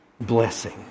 blessing